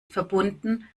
verbunden